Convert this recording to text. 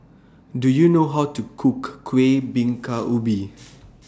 Do YOU know How to Cook Kuih Bingka Ubi